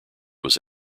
was